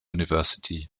university